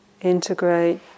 integrate